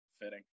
fitting